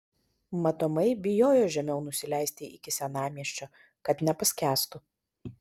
matomai bijojo žemiau nusileisti iki senamiesčio kad nepaskęstų